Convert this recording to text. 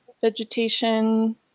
vegetation